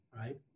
right